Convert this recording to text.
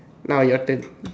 now your turn